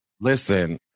Listen